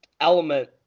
element